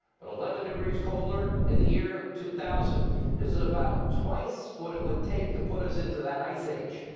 but eleven degrees colder in the year two thousand. this is about twice what it would take to put us into that ice age.